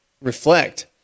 reflect